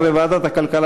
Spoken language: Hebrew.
לדיון מוקדם בוועדת הכלכלה